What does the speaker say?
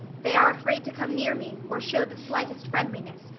they are afraid to come near me, or show the slightest friendliness,